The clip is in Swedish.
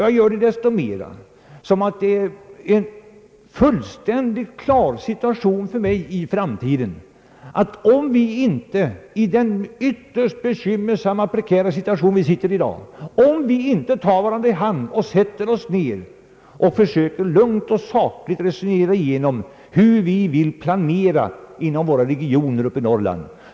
Jag gör detta desto mera som den situationen står fullständigt klar för mig i framtiden att vi aldrig löser problemen i Norrland, om vi inte i det ytterst prekära läge vi befinner oss i i dag tar varandra i hand och sätter oss ned för att lugnt och sakligt resonera om hur vi vill planera inom våra regioner i Norrland.